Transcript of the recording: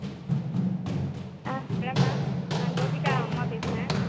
ஆ hello ma'am நான் கோபிகா அம்மா பேசுகிறேன்